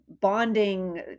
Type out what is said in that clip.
Bonding